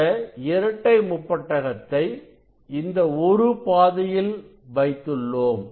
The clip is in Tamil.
இந்த இரட்டைமுப்பட்டகத்தை இந்த ஒரு பாதையில் வைத்துள்ளோம்